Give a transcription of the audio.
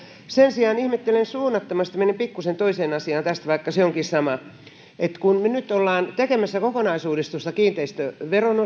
sen sijaan ihmettelen suunnattomasti menen pikkusen toiseen asiaan tässä vaikka se onkin sama kun me nyt olemme tekemässä kokonaisuudistusta kiinteistöveron